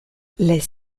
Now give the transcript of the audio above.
les